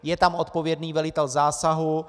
Je tam odpovědný velitel zásahu.